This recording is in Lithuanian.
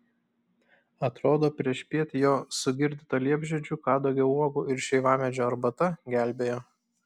atrodo priešpiet jo sugirdyta liepžiedžių kadagio uogų ir šeivamedžio arbata gelbėjo